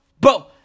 Bro